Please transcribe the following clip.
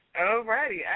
Alrighty